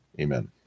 Amen